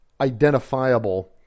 identifiable